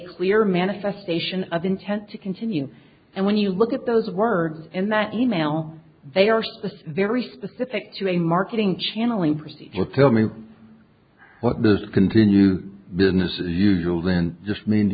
clear manifestation of intent to continue and when you look at those words in that e mail they are very specific to a marketing channeling procedure tell me what does continue business as usual than just m